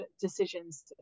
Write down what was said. decisions